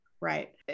Right